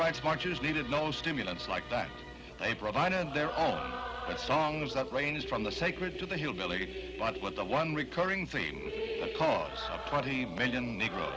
rights marches needed no stimulants like that they provided their own songs that range from the sacred to the hillbilly with the one recurring theme poll twenty million negro